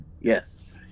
yes